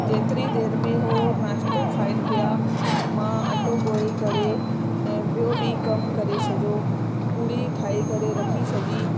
जेतिरी देर में हो नाश्तो खाइनि पिया मां अटो ॻोहे करे ऐं ॿियों बि कमु करे छॾियो पुड़ी ठाही करे रखी छॾी